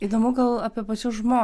įdomu gal apie pačius žmo